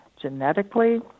genetically